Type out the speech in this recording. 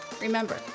remember